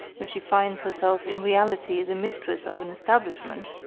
when she finds herself in reality the mistress of an establishment,